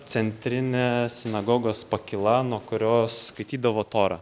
centrinė sinagogos pakyla nuo kurios skaitydavo torą